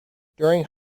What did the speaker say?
during